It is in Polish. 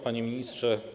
Panie Ministrze!